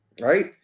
right